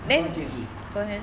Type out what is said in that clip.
你昨天几点睡